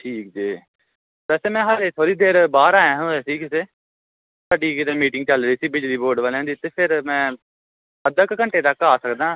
ਠੀਕ ਜੇ ਵੈਸੇ ਮੈਂ ਹਾਲੇ ਥੋੜ੍ਹੀ ਦੇਰ ਬਾਹਰ ਆਇਆ ਹੋਇਆ ਸੀ ਕਿਤੇ ਸਾਡੀ ਕਿਤੇ ਮੀਟਿੰਗ ਚੱਲ ਰਹੀ ਸੀ ਬਿਜਲੀ ਬੋਰਡ ਵਾਲਿਆਂ ਦੀ ਅਤੇ ਫਿਰ ਮੈਂ ਅੱਧੇ ਕੁ ਘੰਟੇ ਤੱਕ ਆ ਸਕਦਾ